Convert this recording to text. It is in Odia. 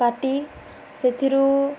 ପାଟି ସେଥିରୁ